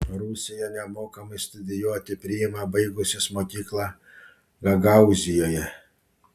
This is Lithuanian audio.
rusija nemokamai studijuoti priima baigusius mokyklą gagaūzijoje